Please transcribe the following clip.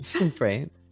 Right